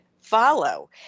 follow